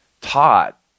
taught